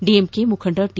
DMK ಮುಖಂಡ T